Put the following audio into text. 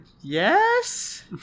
yes